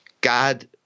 God